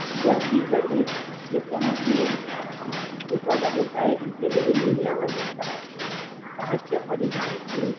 ବ୍ୟକ୍ତି ଯଦି ଯେକୌଣସି ବିପଦରେ ଥାଏ ସେତେବେଳେ ମିଡ଼ିଆ ଵାଲା ତାହାକୁ ସାହାଯ୍ୟ କରିଥାନ୍ତି